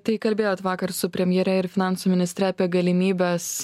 tai kalbėjot vakar su premjere ir finansų ministre apie galimybes